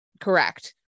Correct